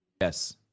Yes